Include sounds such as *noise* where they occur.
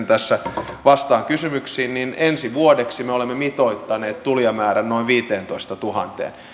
*unintelligible* tässä vastaan kysymyksiin niin ensi vuodeksi me olemme mitoittaneet tulijamäärän noin viiteentoistatuhanteen